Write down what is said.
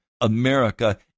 America